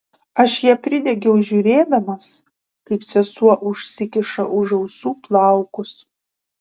aš ją pridegiau žiūrėdamas kaip sesuo užsikiša už ausų plaukus